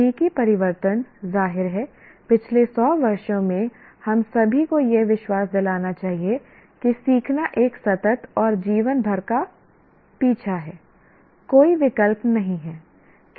तकनीकी परिवर्तन जाहिर है पिछले सौ वर्षों में हम सभी को यह विश्वास दिलाना चाहिए कि सीखना एक सतत और जीवन भर का पीछा है कोई विकल्प नहीं है